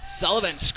Sullivan